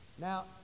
Now